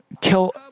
kill